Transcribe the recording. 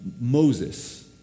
Moses